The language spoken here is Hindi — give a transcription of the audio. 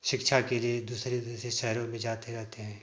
शिक्षा के लिए दूसरी जैसे शहरों में जाते रहते हैं